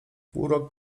urok